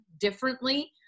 differently